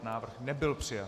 Návrh nebyl přijat.